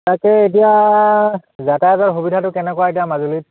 তাকে এতিয়া যাতায়তৰ সুবিধাটো কেনেকুৱা এতিয়া মাজুলীত